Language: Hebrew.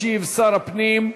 ישיב שר הפנים,